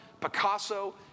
Picasso